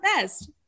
best